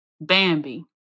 Bambi